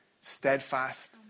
steadfast